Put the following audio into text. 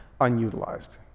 unutilized